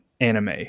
anime